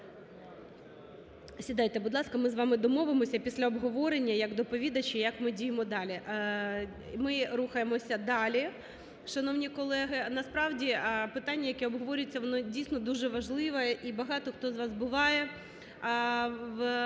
Сідайте, будь ласка. Ми з вами домовимося після обговорення як доповідачі, як ми діємо далі. Ми рухаємося далі, шановні колеги. Насправді, питання, яке обговорюється, воно, дійсно, дуже важливе і багато хто з вас буває